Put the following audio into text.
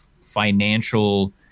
financial